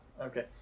Okay